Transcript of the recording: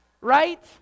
Right